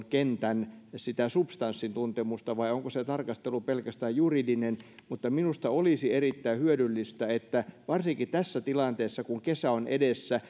kentän substanssin tuntemusta vai onko se tarkastelu pelkästään juridinen minusta olisi erittäin hyödyllistä että varsinkin tässä tilanteessa kun kesä on edessä